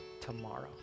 tomorrow